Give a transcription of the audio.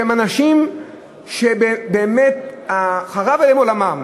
שבאמת חרב עליהם עולמם.